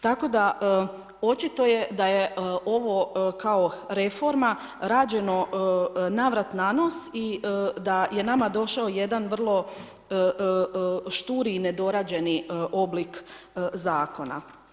Tako da, očito je da je ovo kao reforma rađeno navrat na nos i da je nama došao jedan vrlo šturi i nedorađeni oblik zakona.